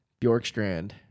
Bjorkstrand